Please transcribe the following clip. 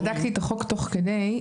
בדקתי את החוק תוך כדי,